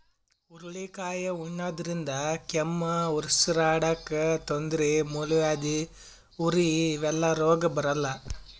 ಹುರಳಿಕಾಯಿ ಉಣಾದ್ರಿನ್ದ ಕೆಮ್ಮ್, ಉಸರಾಡಕ್ಕ್ ತೊಂದ್ರಿ, ಮೂಲವ್ಯಾಧಿ, ಉರಿ ಇವೆಲ್ಲ ರೋಗ್ ಬರಲ್ಲಾ